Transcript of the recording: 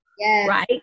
Right